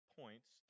points